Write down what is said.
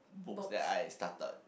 books that I started